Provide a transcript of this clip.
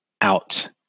out